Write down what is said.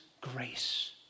grace